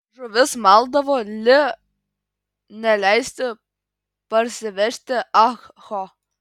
žuvis maldavo li neleisti parsivežti ah ho